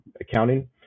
accounting